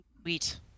Sweet